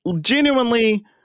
genuinely